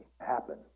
happen